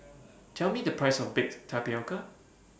Tell Me The Price of Baked Tapioca